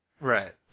Right